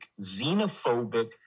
xenophobic